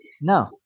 no